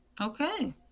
Okay